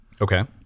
okay